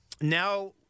now